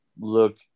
look